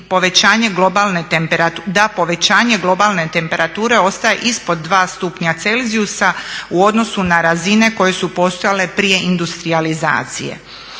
da povećanje globalne temperature ostaje ispod 2 stupnja celzijusa u odnosu na razine koje su postojale prije industrijalizacije.